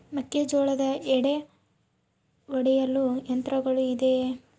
ಮೆಕ್ಕೆಜೋಳದ ಎಡೆ ಒಡೆಯಲು ಯಂತ್ರಗಳು ಇದೆಯೆ?